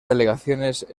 delegaciones